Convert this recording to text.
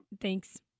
Thanks